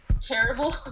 terrible